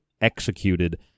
executed